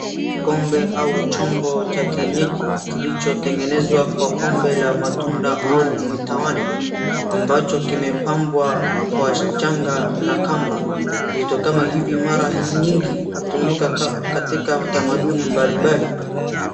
Kombe au chombo cha kienyeji, kilichotengenezwa kwa kombe la matunda au mitaoni ambacho kimepambwa kwa shanga na kamba, vitu kama hivi mara nyingi hutumika katika tamaduni mbalimbali.